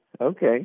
okay